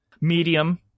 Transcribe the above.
medium